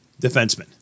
defenseman